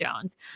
Jones